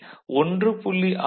இனி 1